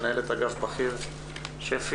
מנהלת אגף בכיר שפ"י.